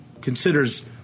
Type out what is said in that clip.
considers